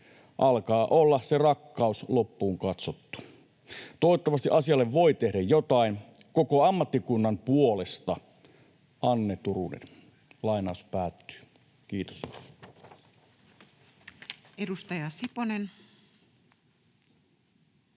Alkaa olla se rakkaus loppuun katsottu. Toivottavasti asialle voi tehdä jotain. Koko ammattikunnan puolesta, Anne Turunen.” — Kiitos.